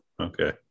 Okay